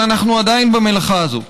אבל אנחנו עדיין במלאכה הזו.